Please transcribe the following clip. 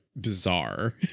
bizarre